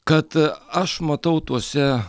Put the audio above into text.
kad aš matau tuose